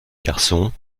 garçon